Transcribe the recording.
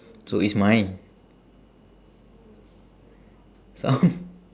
so it's mine some